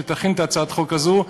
שתכין את הצעת החוק הזו,